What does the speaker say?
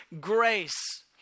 grace